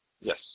Yes